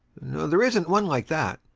there isn't one like that.